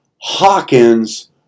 Hawkins